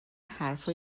حرفا